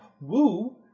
Woo